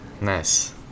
nice